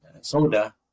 soda